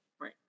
Right